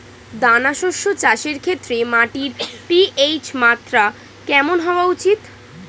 দানা শস্য চাষের ক্ষেত্রে মাটির পি.এইচ মাত্রা কেমন হওয়া উচিৎ?